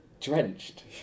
drenched